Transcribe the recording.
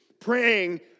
praying